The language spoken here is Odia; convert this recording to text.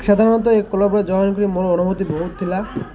ସାଧାରଣତଃ ଏ କ୍ଲବ୍ରେ ଜଏନ୍ କରି ମୋର ଅନୁଭୂତି ବହୁତ ଥିଲା